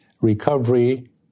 recovery